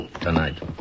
tonight